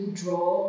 draw